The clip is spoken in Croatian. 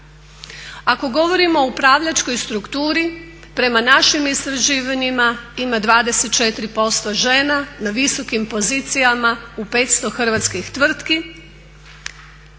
Ako govorimo o upravljačkoj strukturi, prema našim istraživanjima ima 24% žena na visokim pozicijama u 500 hrvatskih tvrtki.